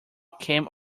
came